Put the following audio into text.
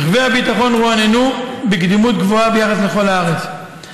רכבי הביטחון רועננו בקדימות גבוהה ביחס לכל הארץ,